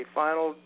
final